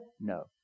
No